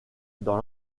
dans